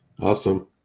awesome